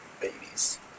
babies